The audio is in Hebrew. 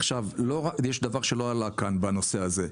עכשיו לא רק, יש דבר שלא עלה כאן בנושא הזה.